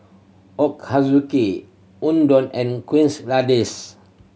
Ochazuke Udon and Quesadillas